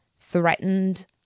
threatened